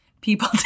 people